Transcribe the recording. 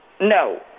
No